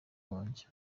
wanjye